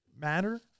matter